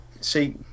See